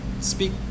speak